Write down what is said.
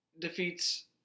defeats